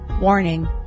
Warning